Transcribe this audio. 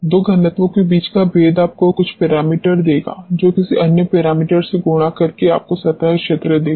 दो घनत्वों के बीच का भेद आपको कुछ पैरामीटर देगा जो किसी अन्य पैरामीटर से गुणा करके आपको सतह क्षेत्र देगा